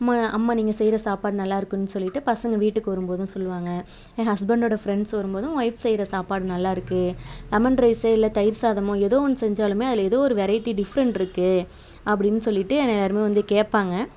அம்மா அம்மா நீங்கள் செய்கிற சாப்பாடு நல்லாயிருக்குன்னு சொல்லிட்டு பசங்கள் வீட்டுக்கு வரும் போதும் சொல்லுவாங்க என் ஹஸ்பெண்ட்டோடய ஃப்ரண்ட்ஸ் வரும்போதும் ஒய்ஃப் செய்கிற சாப்பாடு நல்லாயிருக்கு லெமன் ரைஸ்ஸோ இல்லை தயிர் சாதமோ ஏதோ ஒன்று செஞ்சாலுமே அதில் ஏதோ ஒரு வெரைட்டி டிஃப்ரண்ட்டிருக்கு அப்படின்னு சொல்லிட்டு என்னை எல்லாேருமே வந்து கேட்பாங்க